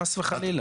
חס וחלילה.